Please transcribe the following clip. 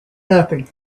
nothing